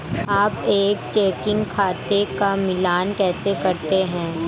आप एक चेकिंग खाते का मिलान कैसे करते हैं?